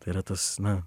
tai yra tas na